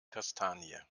kastanie